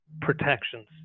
protections